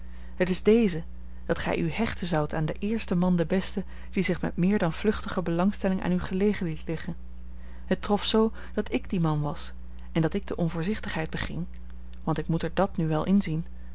het is deze dat gij u hechten zoudt aan den eersten man den besten die zich met meer dan vluchtige belangstelling aan u gelegen liet liggen het trof zoo dat ik die man was en dat ik de onvoorzichtigheid beging want ik moet er